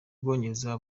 bwongereza